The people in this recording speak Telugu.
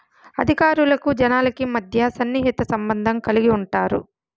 అధికారులకు జనాలకి మధ్య సన్నిహిత సంబంధం కలిగి ఉంటారు